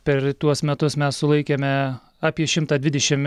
per tuos metus mes sulaikėme apie šimtą dvidešim